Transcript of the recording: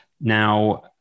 Now